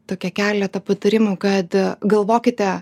tokia keleta patarimų kad galvokite